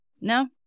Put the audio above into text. no